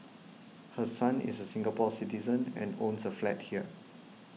her son is a Singapore Citizen and owns a flat here